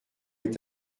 est